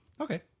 Okay